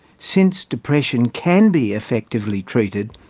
since depression can be effectively treated,